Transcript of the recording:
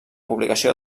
publicació